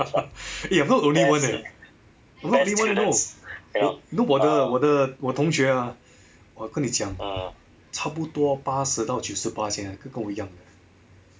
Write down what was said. eh I'm not the only one leh I'm not the only one you know you know 我的我的我同学啊我跟你讲差不多八十到九十八仙跟我一样的